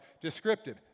descriptive